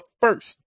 first